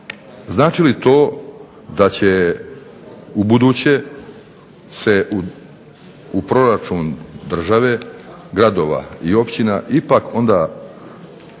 znači li to da će ubuduće se u proračun države, gradova i općina ipak onda